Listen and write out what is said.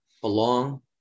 belong